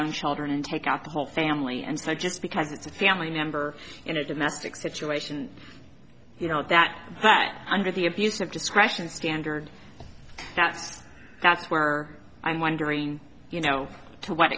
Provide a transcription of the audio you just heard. own children and take out the whole family and so just because it's a family member in a domestic situation you know that that under the abuse of discretion standard that's that's were i'm wondering you know to what